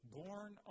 born